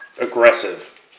aggressive